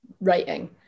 writing